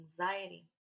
anxiety